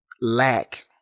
lack